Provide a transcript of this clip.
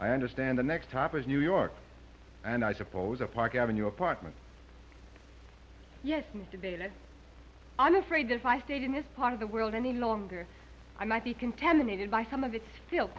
i understand the next top is new york and i suppose a park avenue apartment yes mr big i'm afraid if i stayed in this part of the world any longer i might be contaminated by some of it still